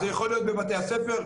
זה יכול להיות בבתי הספר,